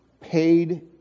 paid